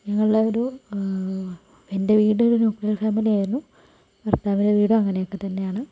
ഞങ്ങൾടെ ഒരു ഇപ്പം എൻറ വീട് ഒരു ന്യൂക്ലിയർ ഫേമിലി ആയിരുന്നു ഭർത്താവിൻറെ വീടും അങ്ങനെയൊക്കെ തന്നെയാണ്